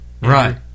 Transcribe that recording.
Right